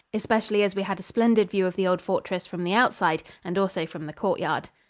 especially as we had a splendid view of the old fortress from the outside and also from the courtyard.